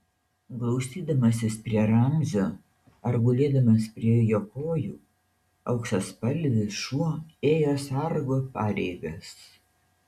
glaustydamasis prie ramzio ar gulėdamas prie jo kojų auksaspalvis šuo ėjo sargo pareigas